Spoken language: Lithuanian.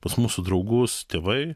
pas mūsų draugus tėvai